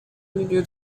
milieu